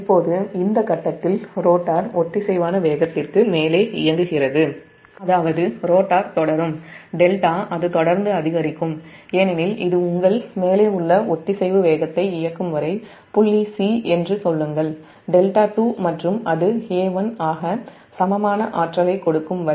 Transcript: இப்போது இந்த கட்டத்தில் ரோட்டார் ஒத்திசைவான வேகத்திற்கு மேலே இயங்குகிறது அதாவது ரோட்டார் தொடரும்δ அது தொடர்ந்து அதிகரிக்கும் ஏனெனில் இது உங்கள் மேலே உள்ள ஒத்திசைவு வேகத்தை இயக்கும் வரைபுள்ளி c என்று சொல்லுங்கள் δ2 மற்றும் அது A1 ஆக சமமான ஆற்றலைக் கொடுக்கும் வரை